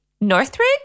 Northridge